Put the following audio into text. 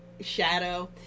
shadow